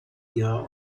ihrer